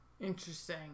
Interesting